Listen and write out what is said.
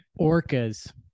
Orcas